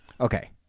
okay